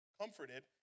comforted